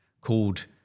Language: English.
called